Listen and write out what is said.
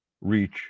reach